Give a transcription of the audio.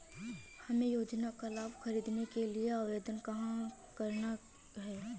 हमें योजना का लाभ ख़रीदने के लिए आवेदन कहाँ करना है?